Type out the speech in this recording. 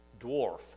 dwarf